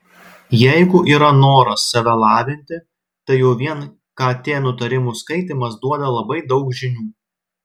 jeigu yra noras save lavinti tai jau vien kt nutarimų skaitymas duoda labai daug žinių